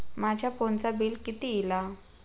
माझ्या फोनचा बिल किती इला?